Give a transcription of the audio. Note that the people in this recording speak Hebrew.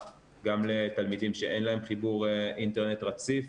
לתלמידים שאין להם חיבור אינטרנט רציף,